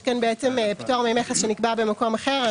יש פה פטור מכס שנקבע במקום אחר.